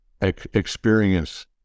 experience